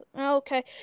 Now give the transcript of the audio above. Okay